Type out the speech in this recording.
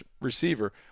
receiver